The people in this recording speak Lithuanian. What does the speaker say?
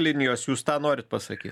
linijos jūs tą norit pasakyt